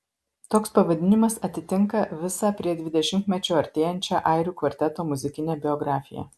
toks pavadinimas atitinka visą prie dvidešimtmečio artėjančią airių kvarteto muzikinę biografiją